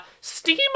Steam